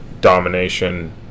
domination